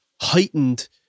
heightened